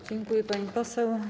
Dziękuję, pani poseł.